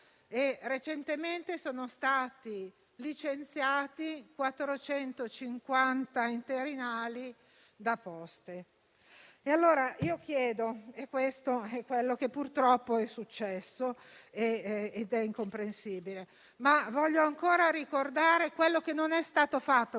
recentemente sono stati licenziati 450 interinali da Poste Italiane. Questo è quello che purtroppo è successo ed è incomprensibile, ma voglio ancora ricordare brevemente quello che non è stato fatto,